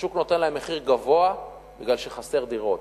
השוק נותן להם מחיר גבוה בגלל שחסרות דירות.